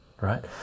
Right